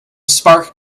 spark